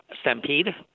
Stampede